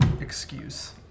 excuse